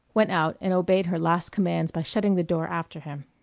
went out, and obeyed her last commands by shutting the door after him.